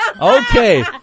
Okay